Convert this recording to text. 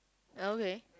okay